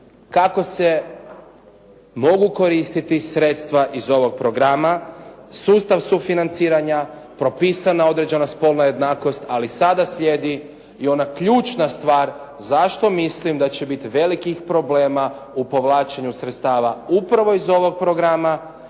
kako se mogu koristiti sredstva iz ovog programa, sustav sufinanciranja, propisana određena spolna jednakost, ali sada slijedi i ona ključna stvar zašto mislim da će biti velikih problema u povlačenju sredstava upravo iz ovog programa